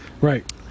right